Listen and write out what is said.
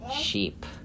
sheep